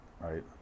right